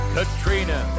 Katrina